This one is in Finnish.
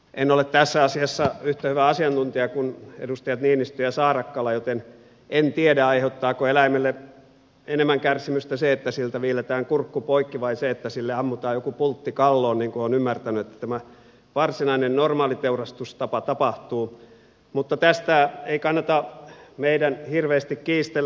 en ole tässä asiassa yhtä hyvä asiantuntija kuin edustajat niinistö ja saarakkala joten en tiedä aiheuttaako eläimille enemmän kärsimystä se että siltä viilletään kurkku poikki vai se että sille ammutaan joku pultti kalloon niin kuin olen ymmärtänyt että tämä varsinainen normaali teurastustapa tapahtuu mutta tästä ei kannata meidän hirveästi kiistellä